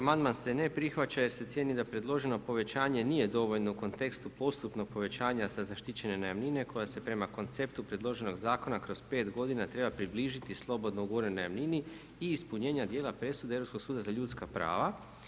Amandman se ne prihvaća jer se cijeni da predloženo povećanje nije dovoljno u kontekstu postupnog povećanja sa zaštićene najamnine koja se prema konceptu predloženog zakona kroz 5 godina treba približiti slobodno ugovorenoj najamnini i ispunjenja dijela presude Europskog suda za ljudska prava.